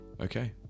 okay